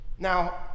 Now